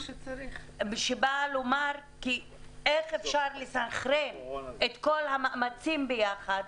שאומרת אין לסנכרן את כל המאמצים יחד,